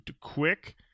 quick